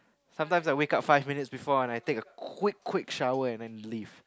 sometimes I wake up five minutes before and I take a quick quick shower and then leave